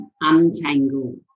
untangle